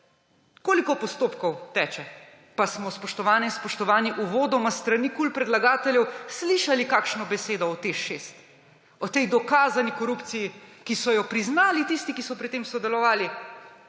Koliko postopkov teče? Pa smo, spoštovane in spoštovani, uvodoma s strani predlagateljev KUL slišali kakšno besedo o Teš 6, o tej dokazani korupciji, ki so jo priznali tisti, ki so pri tem sodelovali?